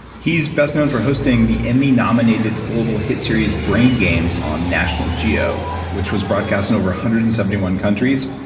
he's best known for hosting the emmy-nominated global hit series brain games on national geo, which was broadcast in over one hundred and seventy one countries,